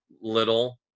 little